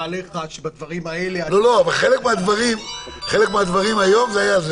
עליך שבדברים האלה אתה --- חלק מהדברים היה זה.